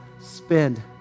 spend